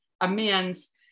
amends